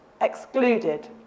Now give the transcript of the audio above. excluded